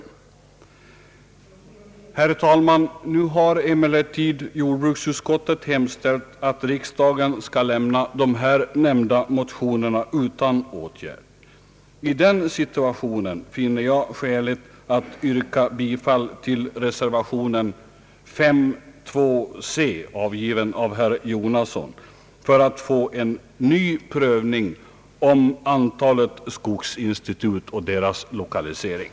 Herr talman! Nu har emellertid jordbruksutskottet hemställt att riksdagen skall lämna de här nämnda motionerna utan åtgärd. I den situationen finner jag skäligt att yrka bifall till reservationen 2c, avgiven av herr Jonasson, för att få en ny prövning av antalet skogsinstitut och deras lokalisering.